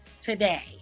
today